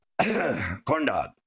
Corndog